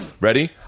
Ready